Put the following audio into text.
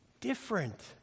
different